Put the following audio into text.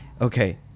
okay